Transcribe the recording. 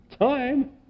time